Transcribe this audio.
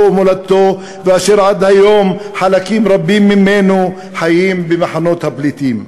ומולדתו ועד היום חלקים רבים ממנו חיים במחנות הפליטים.